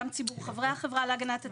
גם חברי החברה להגנת הטבע,